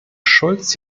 schulz